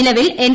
നിലവിൽ എൻ